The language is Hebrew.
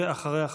ואחריה,